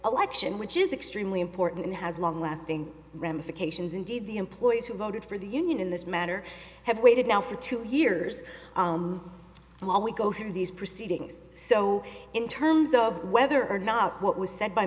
election which is extremely important and has long lasting ramifications indeed the employees who voted for the union in this matter have waited now for two years while we go through these proceedings so in terms of whether or not what was said by